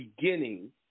beginning